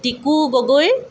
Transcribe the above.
Tiku Gogoi